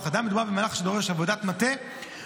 סיעוד תועבר מהמוסד לביטוח לאומי אל קופות החולים.